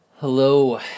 Hello